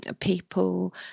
people